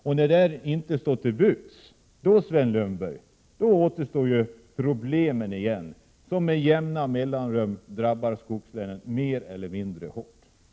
Och när den inte står till buds återkommer problemen, som med jämna mellanrum drabbar skogslänen mer eller mindre hårt, Sven Lundberg.